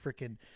freaking